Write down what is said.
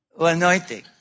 anointing